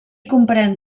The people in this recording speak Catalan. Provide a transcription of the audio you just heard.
comprèn